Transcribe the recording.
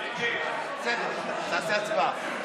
תעשה הצבעה.